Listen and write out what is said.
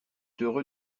heureux